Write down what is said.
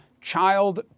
child